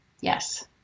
Yes